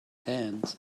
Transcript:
hands